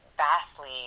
vastly